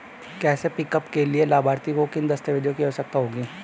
Cash pickup के लिए लाभार्थी को किन दस्तावेजों की आवश्यकता होगी?